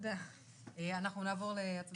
אנחנו נעבור להצבעה?